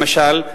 למשל,